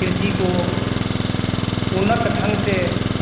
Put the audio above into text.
कृषि को उन्नत ढंग से